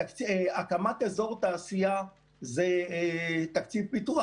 הקמת אזור תעשייה זה תקציב פיתוח.